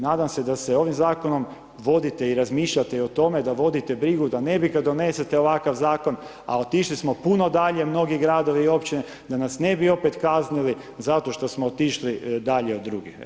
Nadam se da se ovim zakonom vodite i razmišljate i o tome da vodite brigu da ne bi kad donesete ovakav zakon, a otišli smo puno dalje mnogi gradovi i općine, da nas ne bi opet kaznili zato što smo otišli dalje od drugih, evo zahvaljujem.